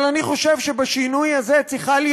אבל אני חושב שבשינוי הזה צריכה להיות